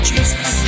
Jesus